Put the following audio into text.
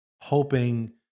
hoping